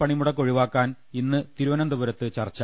പണിമുടക്ക് ഒഴിവാക്കാൻ ഇന്ന് തിരുവനന്തപുരത്ത് ചർച്ചു